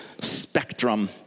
spectrum